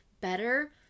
better